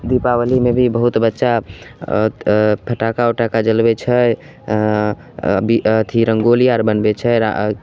दीपावलीमे भी बहुत बच्चा फटाका ओटाका जलबैत छै अथी रङ्गोली आर बनबैत छै